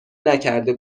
نکرده